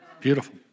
Beautiful